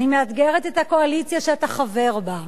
אני מאתגרת את הקואליציה שאתה חבר בה.